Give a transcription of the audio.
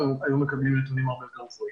היו מקבלים נתונים הרבה יותר גבוהים.